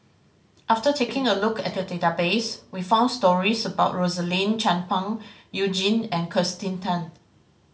after taking a look at database we found stories about Rosaline Chan Pang You Jin and Kirsten Tan